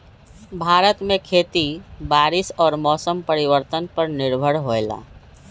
भारत में खेती बारिश और मौसम परिवर्तन पर निर्भर होयला